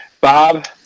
Bob